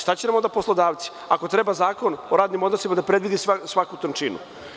Šta će nam onda poslodavci, ako treba Zakon o radnim odnosima da predvidi svaku tančinu.